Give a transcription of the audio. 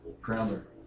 Grounder